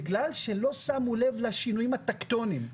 בגלל שלא שמו לב לשינויים הטקטוניים.